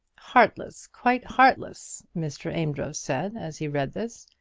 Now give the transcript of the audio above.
heartless! quite heartless! mr. amedroz said as he read this.